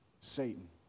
Satan